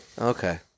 Okay